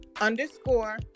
underscore